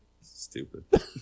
stupid